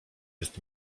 jest